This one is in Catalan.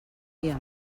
dia